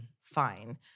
fine